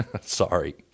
sorry